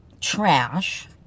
Trash